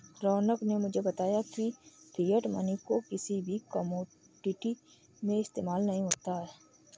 रौनक ने मुझे बताया की फिएट मनी को किसी भी कोमोडिटी में इस्तेमाल नहीं होता है